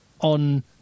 on